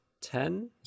ten